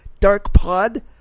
DarkPod